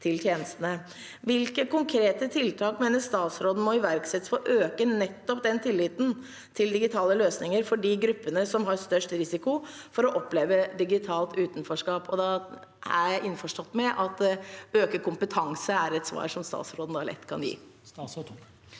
Hvilke konkrete tiltak mener statsråden må iverksettes for å øke nettopp den tilliten til digitale løsninger for de gruppene som har størst risiko for å oppleve digitalt utenforskap? Jeg er innforstått med at det å øke kompetanse er et svar som statsråden da lett kan gi.